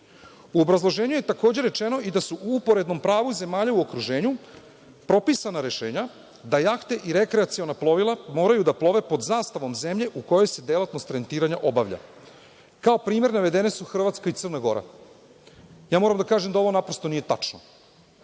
obrazloženju je takođe rečeno i da su u uporednom pravu zemalja u okruženju propisana rešenja da jahte i rekreaciona plovila moraju da plove pod zastavom zemlje u kojoj se delatnost rentiranja obavlja. Kao primer, navedene su Hrvatska i Crna Gora. Ja moram da kažem da ovo naprosto nije tačno.